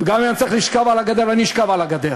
וגם אם אני צריך לשכב על הגדר, אני אשכב על הגדר.